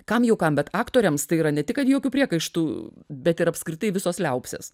kam jau kam bet aktoriams tai yra ne tik kad jokių priekaištų bet ir apskritai visos liaupsės